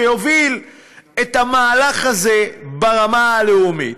שיוביל את המהלך הזה ברמה הלאומית.